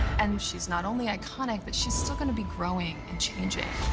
and she's not only iconic, but she's still going to be growing and changing.